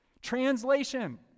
Translation